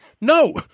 No